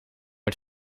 het